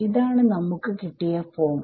ഇതാണ് നമുക്ക് കിട്ടിയ ഫോം